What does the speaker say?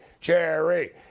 Jerry